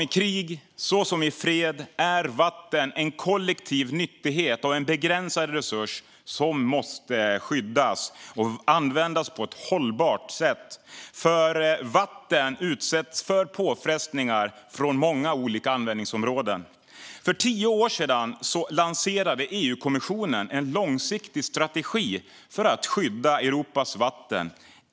I krig så som i fred är vatten en kollektiv nyttighet och en begränsad resurs som måste skyddas och användas på ett hållbart sätt. För vatten utsätts för påfrestningar från många olika användningsområden. För tio år sedan lanserade EU-kommissionen en långsiktig strategi för att skydda Europas vatten.